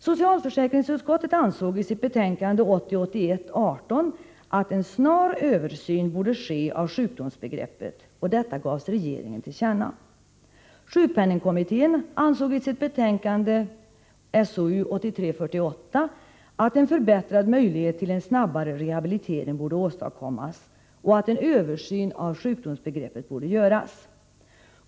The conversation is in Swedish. Socialförsäkringsutskottet ansåg i sitt betänkande 1980/81:18 att en snar översyn borde ske av sjukdomsbegreppet, och detta gavs regeringen till känna. Sjukpenningkommittén ansåg i sitt betänkande SOU 1983:48 att en förbättrad möjlighet till en snabbare rehabilitering borde åstadkommas och att en översyn av sjukdomsbegreppet borde göras.